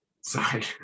Sorry